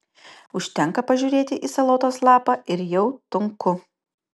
užtenka pažiūrėti į salotos lapą ir jau tunku